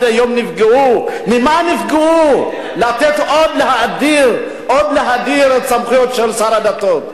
ממה נפגעו, להאדיר עוד את סמכויות שר הדתות?